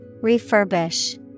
Refurbish